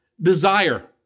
desire